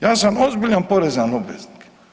Ja sam ozbiljan porezan obveznik.